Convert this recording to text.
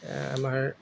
আমাৰ